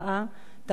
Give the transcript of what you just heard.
תשע"ג.